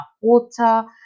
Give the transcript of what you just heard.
water